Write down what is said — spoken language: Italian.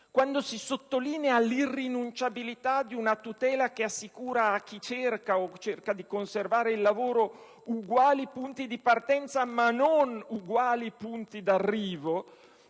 quando si sottolinea l'irrinunciabilità di una tutela che assicuri a chi cerca, o cerca di conservare, il lavoro, uguali punti di partenza ma non uguali punti di arrivo,